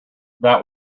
that